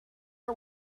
are